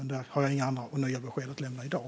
Men där har jag inga nya besked att ge i dag.